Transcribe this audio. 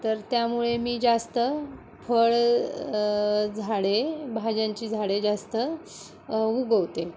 तर त्यामुळे मी जास्त फळ झाडे भाज्यांची झाडे जास्त उगवते